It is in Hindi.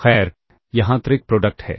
खैर यह आंतरिक प्रोडक्ट है